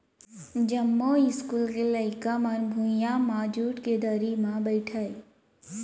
जमो इस्कूल के लइका मन भुइयां म जूट के दरी म बइठय